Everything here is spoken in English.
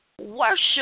Worship